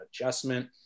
adjustment